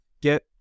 get